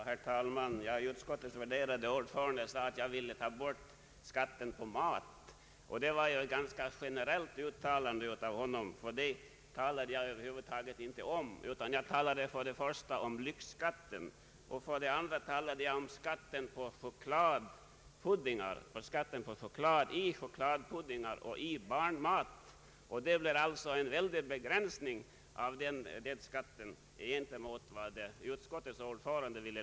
Herr talman! Utskottets värderade ordförande sade att jag ville ta bort skatten på mat. Det var ju att uttala sig alltför generellt. Jag talade över huvud taget inte om detta, utan jag talade för det första om lyxskatten och för det andra om skatten på choklad i chokladpuddingar och i barnmat. Denna skatt är alltså väldigt begränsad jämfört med vad utskottets ordförande menade.